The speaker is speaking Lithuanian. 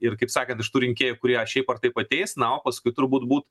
ir kaip sakant iš tų rinkėjų kurie šiaip ar taip ateis na o paskui turbūt būt